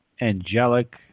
angelic